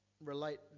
relate